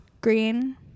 green